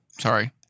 sorry